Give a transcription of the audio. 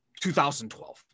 2012